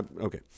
Okay